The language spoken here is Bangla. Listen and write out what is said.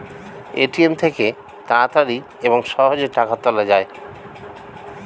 এ.টি.এম থেকে তাড়াতাড়ি এবং সহজে টাকা তোলা যায়